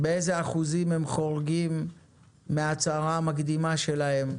באיזה אחוזים הם חורגים מההצהרה המקדימה שלהם?